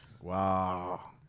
Wow